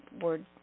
word